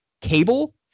cable